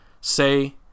say